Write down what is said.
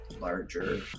larger